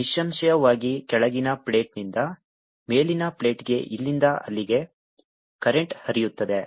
ನಿಸ್ಸಂಶಯವಾಗಿ ಕೆಳಗಿನ ಪ್ಲೇಟ್ನಿಂದ ಮೇಲಿನ ಪ್ಲೇಟ್ಗೆ ಇಲ್ಲಿಂದ ಅಲ್ಲಿಗೆ ಕರೆಂಟ್ ಹರಿಯುತ್ತದೆ